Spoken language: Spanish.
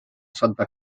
santa